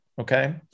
okay